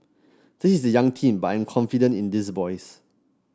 this is a young team but I am confident in these boys